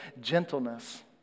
gentleness